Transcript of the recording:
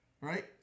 right